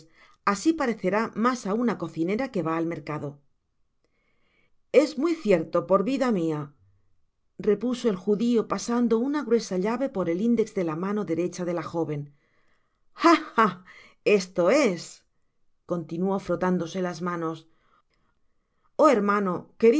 se parecerá mas á una cocinera que vá al mercado er muy cierto por vida mia repuso el judio pasando una gruesa llave por el index de la mano derecha de la joven ah ah esto es continuó frotándose las manos oh hermano